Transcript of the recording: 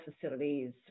facilities